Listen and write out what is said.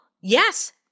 Yes